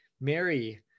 Mary